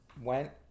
went